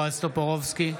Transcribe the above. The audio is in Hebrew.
טופורובסקי,